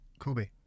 Kobe